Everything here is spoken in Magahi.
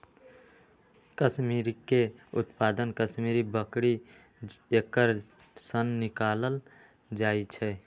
कस्मिरीके उत्पादन कस्मिरि बकरी एकर सन निकालल जाइ छै